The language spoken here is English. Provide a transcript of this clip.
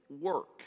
work